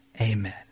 Amen